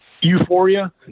Euphoria